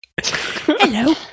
hello